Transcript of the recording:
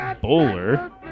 bowler